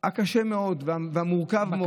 הקשה מאוד והמורכב מאוד,